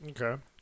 Okay